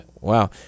Wow